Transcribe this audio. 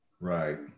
Right